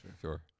Sure